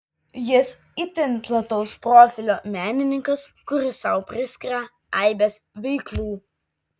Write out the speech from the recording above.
jis itin plataus profilio menininkas kuris sau priskiria aibes veiklų